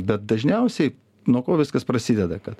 bet dažniausiai nuo ko viskas prasideda kad